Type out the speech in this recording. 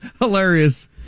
Hilarious